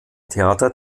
theater